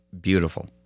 beautiful